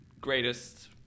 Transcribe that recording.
greatest